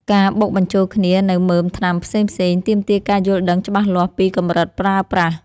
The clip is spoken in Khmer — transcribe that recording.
ការបុកបញ្ជូលគ្នានូវមើមថ្នាំផ្សេងៗ ទាមទារការយល់ដឹងច្បាស់លាស់ពីកម្រិតប្រើប្រាស់។